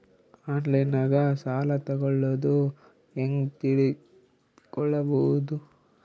ಆನ್ಲೈನಾಗ ಸಾಲ ತಗೊಳ್ಳೋದು ಹ್ಯಾಂಗ್ ತಿಳಕೊಳ್ಳುವುದು?